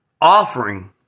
offering